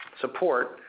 Support